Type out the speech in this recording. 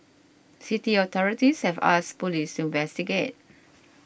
city authorities have asked police to investigate